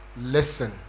Listen